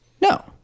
No